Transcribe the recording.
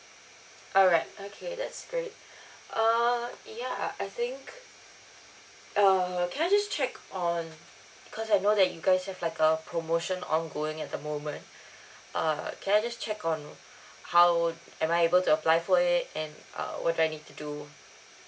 alright okay that's great err ya I think err can I just check on because I know that you guys have like a promotion ongoing at the moment err can I just check on how would am I able to apply for it and uh what do I need to do